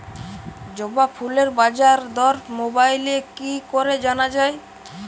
জবা ফুলের বাজার দর মোবাইলে কি করে জানা যায়?